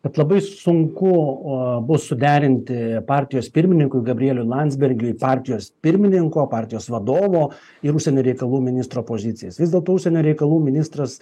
kad labai sunku o abu suderinti partijos pirmininkui gabrieliui landsbergiui partijos pirmininko partijos vadovo ir užsienio reikalų ministro pozicijas vis dėlto užsienio reikalų ministras